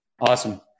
Awesome